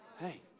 hey